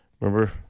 remember